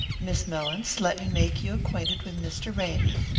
miss mellins, let me make you acquainted with mr. ramy.